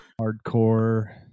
hardcore